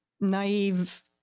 naive